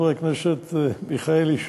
חבר הכנסת מיכאלי,